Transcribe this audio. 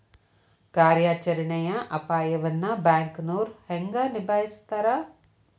ಕಾರ್ಯಾಚರಣೆಯ ಅಪಾಯವನ್ನ ಬ್ಯಾಂಕನೋರ್ ಹೆಂಗ ನಿಭಾಯಸ್ತಾರ